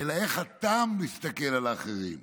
אלא איך אתה מסתכל על האחרים,